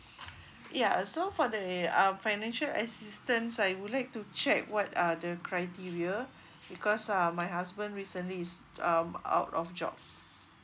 ya so for the uh financial assistance I would like to check what are the criteria because uh my husband recently is um out of job